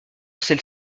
celle